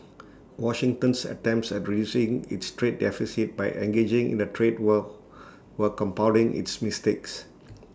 Washington's attempts at reducing its trade deficit by engaging in A trade war were compounding its mistakes